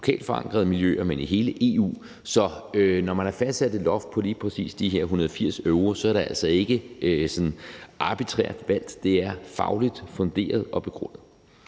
lokalt forankrede miljøer, men i hele EU, så når man har fastsat et loft på lige præcis de her 180 euro, er det altså ikke sådan arbitrært valgt; det er fagligt funderet og begrundet.